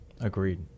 Agreed